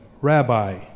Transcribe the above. Rabbi